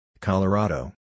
Colorado